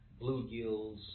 bluegills